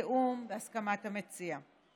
בתיאום ובהסכמת המציע.